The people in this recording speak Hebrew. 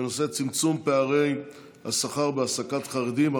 בנושא: צמצום פערי השכר בהעסקת חרדים,